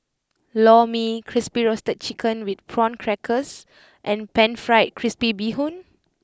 Lor Mee Crispy Roasted Chicken with Prawn Crackers and Pan Fried Crispy Bee Hoon